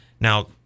Now